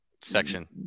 section